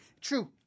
True